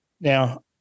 Now